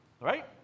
right